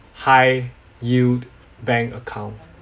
high yield bank account